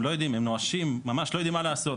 הם לא יודעים, הם נואשים, ממש לא יודעים מה לעשות.